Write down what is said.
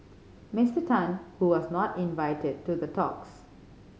Mister Tan who was not invited to the talks